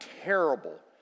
terrible